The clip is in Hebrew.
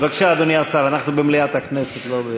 בבקשה, אדוני השר, אנחנו במליאת הכנסת,